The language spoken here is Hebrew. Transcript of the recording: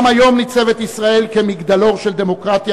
גם היום ניצבת ישראל כמגדלור של דמוקרטיה